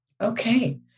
Okay